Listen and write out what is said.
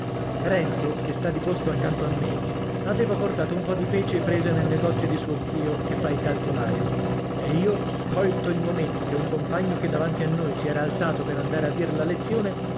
renzo che sta di posto accanto a me aveva portato un po di pece presa nel negozio di suo zio che fa il calzolaio e io colto il momento che un compagno che davanti a noi si era alzato per andare a dir la lezione